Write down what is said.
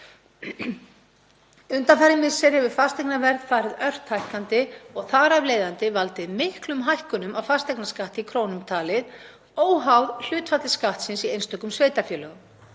Undanfarin misseri hefur fasteignaverð farið ört hækkandi og þar af leiðandi valdið miklum hækkunum á fasteignaskatti í krónum talið, óháð hlutfalli skattsins í einstökum sveitarfélögum.